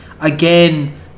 again